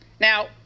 Now